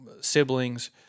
siblings